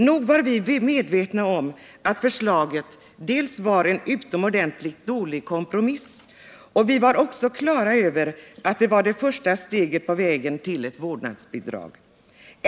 Nog var vi medvetna om att föslaget dels var en utomordentligt dålig kompromiss, dels var första steget på vägen mot ett vårdnadsbidrag.